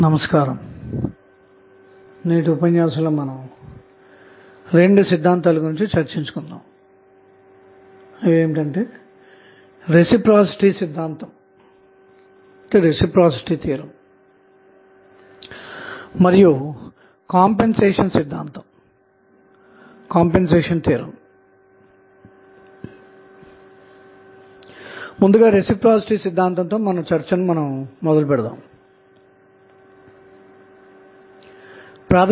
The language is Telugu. నమస్కారం గత ఉపన్యాసంలో మనం గరిష్టమైన పవర్ బదిలీ సిద్ధాంతం గురించి చర్చించుకొన్నాము అలాగే స్వతంత్రమైన సోర్సెస్ కలిగి ఉన్న కొన్ని ఉదాహరణలు గురించి కూడా చర్చించుకొన్నాము